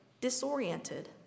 disoriented